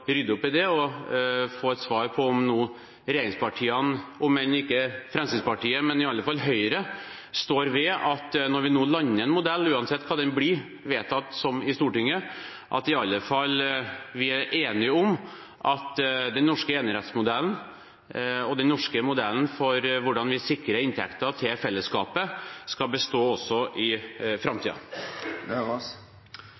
opp i det og få et svar på om regjeringspartiene – om ikke Fremskrittspartiet, så i alle fall Høyre – står ved at når vi nå lander en modell, uansett hva den blir vedtatt som i Stortinget, er vi i alle fall enige om at den norske enerettsmodellen og den norske modellen for hvordan vi sikrer inntekter til fellesskapet, skal bestå også i